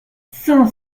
cinq